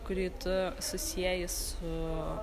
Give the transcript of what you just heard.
kurį tu susieji su